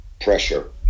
pressure